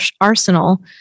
arsenal